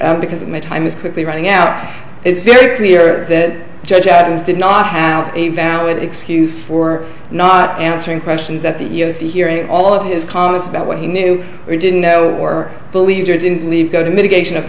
because of my time is quickly running out it's very clear that judge adams did not have a valid excuse for not answering questions at the years hearing all of his comments about what he knew or didn't know or believe it or didn't leave go to mitigation of